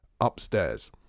Upstairs